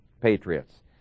patriots